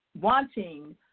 wanting